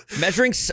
Measuring